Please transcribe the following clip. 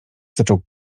zaczął